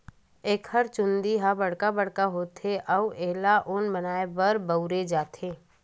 एकर चूंदी ह बड़का बड़का होथे अउ एला ऊन बनाए बर बउरे जाथे